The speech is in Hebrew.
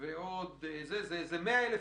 עד היום זה לא היה מקובל,